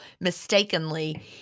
mistakenly